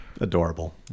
Adorable